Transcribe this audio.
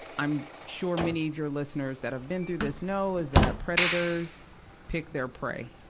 i'm sure many of your listeners that have been through this know, is that predators pick their prey.